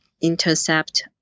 Intercept